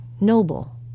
noble